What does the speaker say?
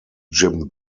jim